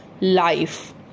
life